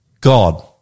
God